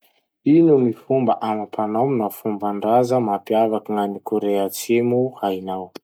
Ino gny fomba amam-panao na fomban-draza mampiavaky gn'any Kore Atsimo hainao?